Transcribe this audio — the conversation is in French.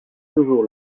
toujours